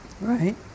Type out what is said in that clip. right